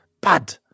bad